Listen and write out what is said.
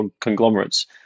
conglomerates